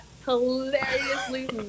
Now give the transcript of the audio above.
Hilariously